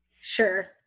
sure